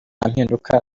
mpinduka